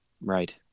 Right